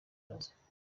bimaze